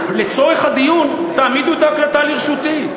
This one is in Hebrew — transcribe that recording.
לצורך הדיון תעמידו את ההקלטה לרשותי.